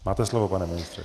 Máte slovo, pane ministře.